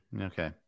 Okay